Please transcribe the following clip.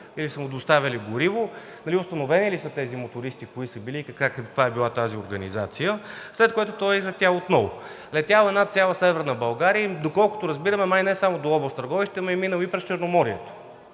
или са му доставяли гориво. Установени ли са кои са били тези мотористи и каква е била тази организация, след което е излетял отново? Летял е над цяла Северна България и доколкото разбирам, май не само до област Търговище, но е минал и през Черноморието.